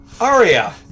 Aria